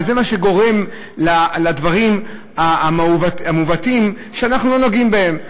וזה מה שגורם לדברים המעוותים שאנחנו לא נוגעים בהם.